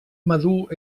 madur